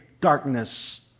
darkness